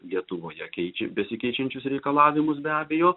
lietuvoje keičia besikeičiančius reikalavimus be abejo